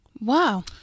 Wow